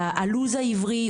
הלו"ז העברי,